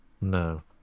No